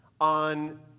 on